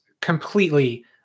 completely